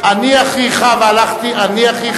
אני אחיך המאומץ,